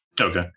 Okay